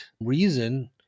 reason